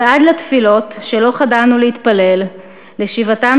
ועד לתפילות שלא חדלנו להתפלל לשיבתם